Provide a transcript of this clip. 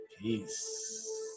Peace